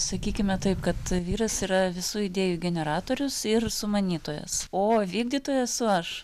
sakykime taip kad vyras yra visų idėjų generatorius ir sumanytojas o vykdytoja esu aš